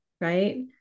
right